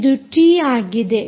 ಇದು ಟಿ2 ಆಗಿದೆ